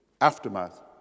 aftermath